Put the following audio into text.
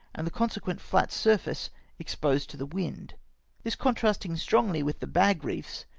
and the consequent flat surface exposed to the wind this contrasting strongly with the bag reefs,